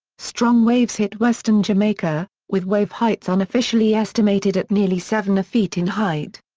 strong waves hit western jamaica, with wave heights unofficially estimated at nearly seven feet in height.